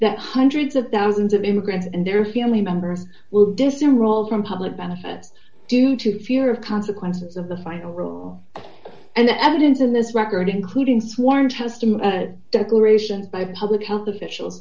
that hundreds of thousands of immigrants and their family members will disenroll from public benefits due to fear of consequences of the final roll and the evidence in this record including sworn testimony declarations by public health official